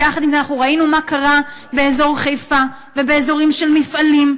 וביחד עם זה אנחנו ראינו מה קרה באזור חיפה ובאזורים של מפעלים,